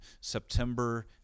September